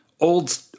old